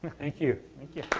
and thank you. thank you.